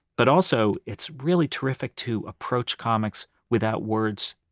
but also it's really terrific to approach comics without words,